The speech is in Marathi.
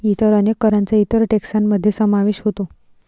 इतर अनेक करांचा इतर टेक्सान मध्ये समावेश होतो